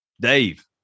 Dave